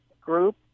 group